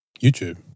YouTube